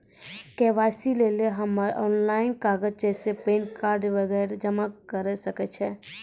KYC लेली हम्मय online कागज जैसे पैन कार्ड वगैरह जमा करें सके छियै?